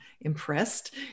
impressed